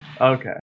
Okay